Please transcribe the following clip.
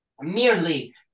merely